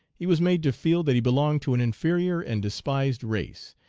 he was made to feel that he belonged to an inferior and despised race,